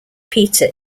peter